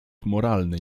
moralny